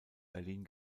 berlin